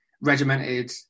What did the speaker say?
regimented